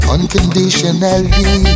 Unconditionally